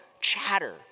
chatter